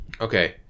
okay